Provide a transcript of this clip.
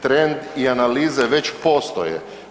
Trend i analize već postoje.